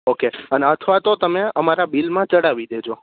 okay અને અથવા તો તમે અમારા બીલમાં ચડાવી દેજો